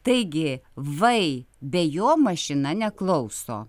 taigi vai be jo mašina neklauso